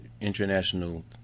International